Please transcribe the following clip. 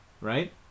right